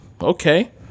Okay